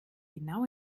genau